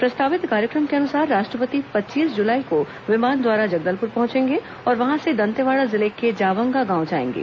प्रस्तावित कार्यक्रम के अनुसार राष्ट्रपति पच्चीस जुलाई को विमान द्वारा जगदलपुर पहचेंगे और वहां से दंतेवाड़ा जिले के जावंगा गांव जाएंगे